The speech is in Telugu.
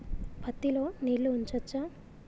పత్తి లో నీళ్లు ఉంచచ్చా?